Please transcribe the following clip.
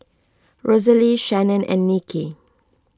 Rosalee Shannon and Nikki